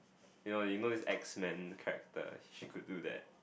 you know you know this X Men character she could do that